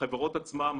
החברות עצמן,